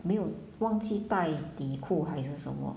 没有忘记带底裤还是什么